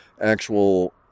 actual